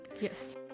Yes